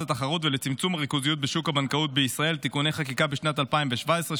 התחרות ולצמצום הריכוזיות בשוק הבנקאות בישראל (תיקוני חקיקה) בשנת 2017,